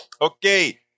Okay